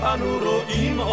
Anuroim